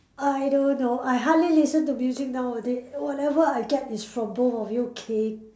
I don't know I hardly listen to music nowadays whatever I get is from both of you K